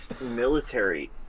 military